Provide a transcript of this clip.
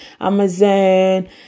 amazon